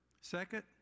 second